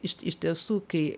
iš iš tiesų kai